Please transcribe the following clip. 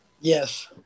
Yes